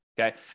Okay